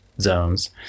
zones